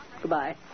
Goodbye